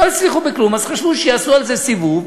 לא הצליחו בכלום, אז חשבו שיעשו על זה סיבוב,